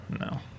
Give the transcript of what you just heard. No